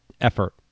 effort